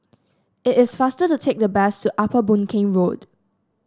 it is faster to take the bus to Upper Boon Keng Road